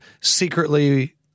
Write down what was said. secretly